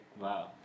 Wow